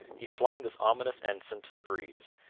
he flung this ominous ensign to the breeze,